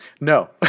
No